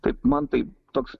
taip man tai toks